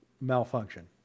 malfunction